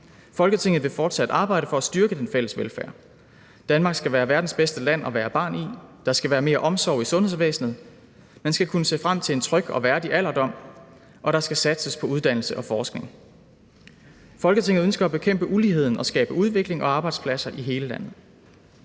Folketinget vil fortsat arbejde for at styrke den fælles velfærd. Danmark skal være verdens bedste land at være barn i, der skal være mere omsorg i sundhedsvæsenet, man skal kunne se frem til en tryg og værdig alderdom, og der skal satses på uddannelse og forskning. Folketinget ønsker at bekæmpe uligheden og skabe udvikling og arbejdspladser i hele landet.